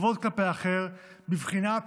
כבוד כלפי האחר, בבחינת